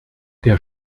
der